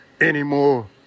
anymore